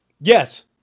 Yes